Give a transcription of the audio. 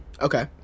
Okay